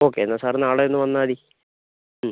okay എന്നാൽ sir നാളെ ഒന്ന് വന്നാൽ മതി മ്